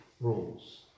rules